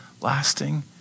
lasting